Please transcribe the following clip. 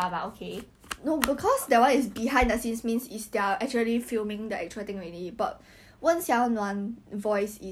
他一点都 I think 他像二十多岁如果我我讲他三十岁你也是会惊讶